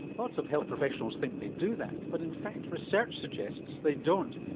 lots of health professionals think they do that but in fact research suggests they don't,